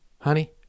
honey